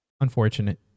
Unfortunate